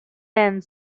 end